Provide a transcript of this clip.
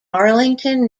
arlington